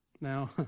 Now